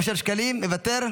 מוותר,